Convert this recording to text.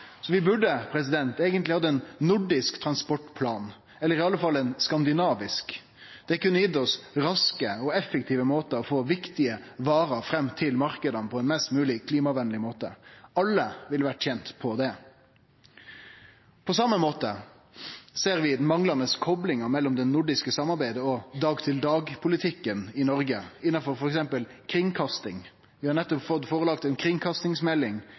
Vi burde eigentleg hatt ein nordisk transportplan, eller i alle fall ein skandinavisk. Det kunne gitt oss raske og effektive måtar å få viktige varer fram til marknadene på ein mest mogleg klimavenleg måte. Alle ville vore tente med det. På same måte ser vi manglande koplingar mellom det nordiske samarbeidet og dag-til-dag-politikken i Noreg, f.eks. innanfor kringkasting. Stortinget har nettopp fått ei kringkastingsmelding,